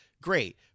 Great